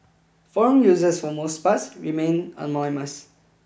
forum users for most parts remain anonymous